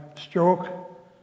stroke